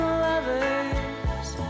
lovers